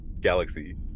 galaxy